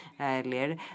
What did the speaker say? earlier